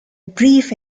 brief